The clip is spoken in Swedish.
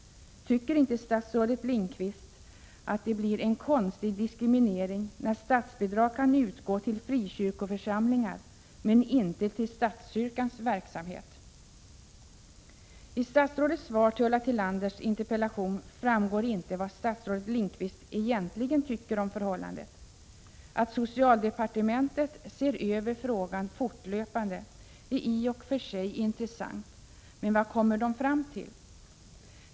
Tycker inte statsrådet Lindqvist att det blir en konstig diskriminering när statsbidrag kan utgå till frikyrkoförsamlingar men inte till statskyrkans verksamhet? I statsrådet Lindqvists svar på Ulla Tillanders interpellation framgår inte vad statsrådet egentligen tycker om det förhållandet. Att socialdepartementet ser över frågan fortlöpande är i och för sig intressant, men vad kommer man fram till?